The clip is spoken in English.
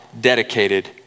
dedicated